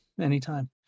anytime